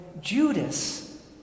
Judas